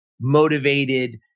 motivated